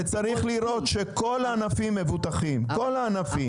וצריך לראות שכל הענפים מבוטחים, כל הענפים.